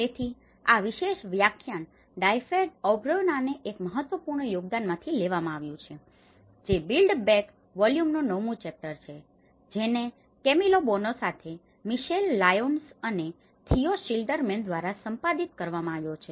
તેથી આ વિશેષ વ્યાખ્યાન ડાયફેડ ઔબ્રેના એક મહત્વપૂર્ણ યોગદાનમાંથી લેવામાં આવ્યું છે જે બિલ્ડ બેક વોલ્યુમનો 9મુ ચેપ્ટર છે જેને કેમિલો બોનો સાથે મિશેલ લાયોન્સ અને થિયો શિલ્ડરમેન દ્વારા સંપાદિત કરવામાં આવ્યો છે